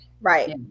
right